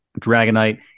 Dragonite